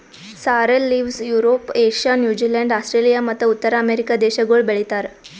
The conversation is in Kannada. sorrel leaves Europe, Asia, New Zealand, Australia ಮತ್ತ ಉತ್ತರ ಅಮೆರಿಕ ದೇಶಗೊಳ್ ಬೆ ಳಿತಾರ್